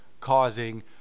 causing